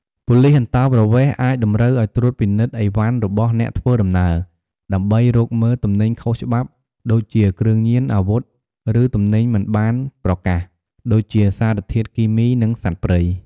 ប៉ូលិសអន្តោប្រវេសន៍ អាចតម្រូវឱ្យត្រួតពិនិត្យឥវ៉ាន់របស់អ្នកធ្វើដំណើរ ដើម្បីរកមើលទំនិញខុសច្បាប់ ដូចជា គ្រឿងញៀន អាវុធ ឬទំនិញមិនបានប្រកាស ដូចជា សារធាតុគីមី និងសត្វព្រៃ។